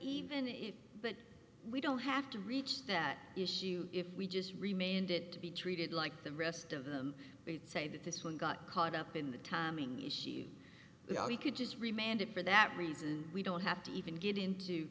even if that we don't have to reach that issue if we just remained it to be treated like the rest of them they'd say that this one got caught up in the timing issue they are we could just remained it for that reason we don't have to even get into